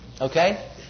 Okay